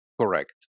Correct